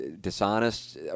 dishonest